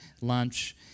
lunch